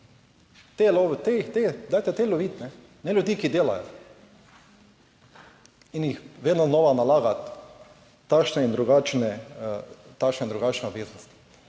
te, te, dajte te loviti, ne ljudi, ki delajo in jih vedno znova nalagat takšne in drugačne, takšne in drugačne obveznosti.